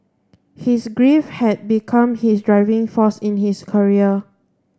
his grief had become his driving force in his career